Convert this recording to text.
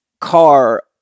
car